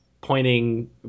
pointing